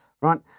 right